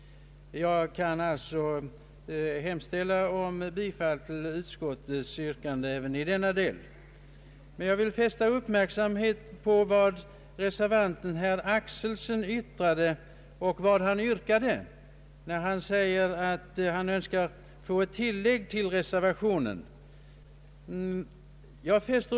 Jag kan alltså hemställa om bifall till utskottets yrkande även i denna del.